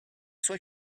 sua